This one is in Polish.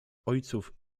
ojców